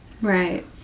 Right